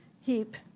HEAP